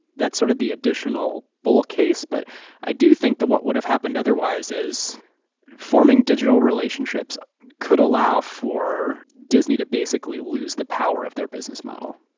that's sort of the additional bull case but i do think that what would have happened otherwise is forming digital relationships could allow for disney to basically lose the power of their business model.